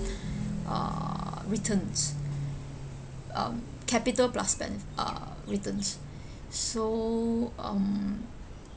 uh returns um capital plus spen~ uh return so um